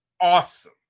awesome